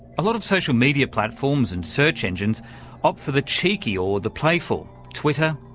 a lot of social media platforms and search engines opt for the cheeky or the playful twitter,